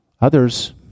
Others